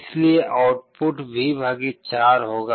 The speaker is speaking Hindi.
इसलिए आउटपुट V 4 होगा